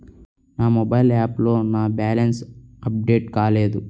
నా మొబైల్ యాప్లో నా బ్యాలెన్స్ అప్డేట్ కాలేదు